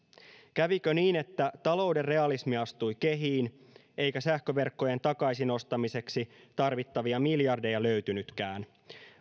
kävikö niin että talouden realismi astui kehiin eikä sähköverkkojen takaisin ostamiseksi tarvittavia miljardeja löytynytkään